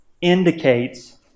indicates